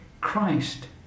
Christ